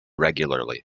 regularly